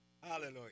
Hallelujah